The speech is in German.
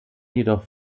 jedoch